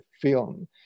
film